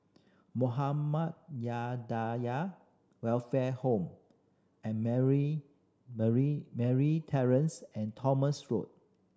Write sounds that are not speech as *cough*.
*unintelligible* Welfare Home and *unintelligible* Terrace and Thomas Road